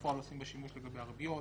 שבפועל עושים בה שימוש לגבי הריביות